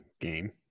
game